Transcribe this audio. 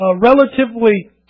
relatively